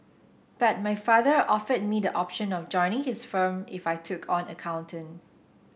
but my father offered me the option of joining his firm if I took on accounting